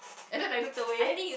and then I looked the way